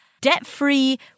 debt-free